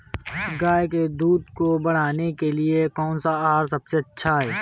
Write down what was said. गाय के दूध को बढ़ाने के लिए कौनसा आहार सबसे अच्छा है?